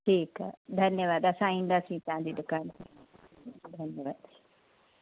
ठीकु आहे धन्यवाद असां ईंदासीं तव्हांजी दुकान ते धन्यवाद